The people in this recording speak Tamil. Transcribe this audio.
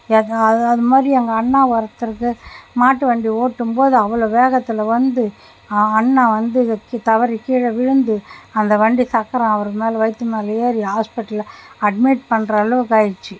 அது மாதிரி எங்கள் அண்ணா ஒருத்தருக்கு மாட்டுவண்டி ஓட்டும்போது அவ்வளோ வேகத்தில் வந்து அ அண்ணா வந்து தவறி கீழே விழுந்து அந்த வண்டி சக்கரம் அவர் மேலே வயிற்று மேலே ஏறி ஹாஸ்பிட்டலில் அட்மிட் பண்ணுற அளவுக்கு ஆயிடுச்சு